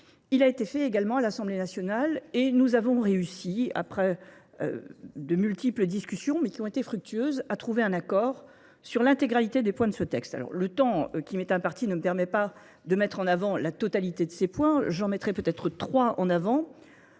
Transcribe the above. Il a été fait également à l'Assemblée nationale et nous avons réussi, après de multiples discussions, mais qui ont été fructueuses, à trouver un accord sur l'intégralité des points de ce texte. Le temps qui m'est imparti ne permet pas de mettre en avant la totalité de ces points. J'en mettrai peut-être trois en avant.